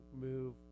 move